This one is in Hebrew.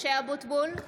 (קוראת בשמות חברי הכנסת) משה אבוטבול,